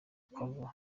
quavo